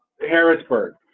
Harrisburg